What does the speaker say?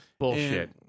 Bullshit